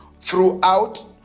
throughout